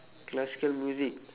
classical music